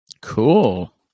cool